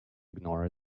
ignore